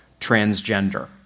transgender